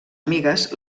amigues